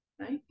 Right